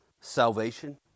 salvation